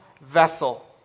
vessel